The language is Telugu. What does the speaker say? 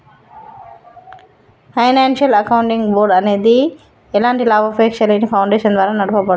ఫైనాన్షియల్ అకౌంటింగ్ బోర్డ్ అనేది ఎలాంటి లాభాపేక్షలేని ఫౌండేషన్ ద్వారా నడపబడుద్ది